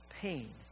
pain